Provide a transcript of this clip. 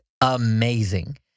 amazing